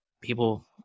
People